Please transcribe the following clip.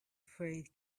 phrase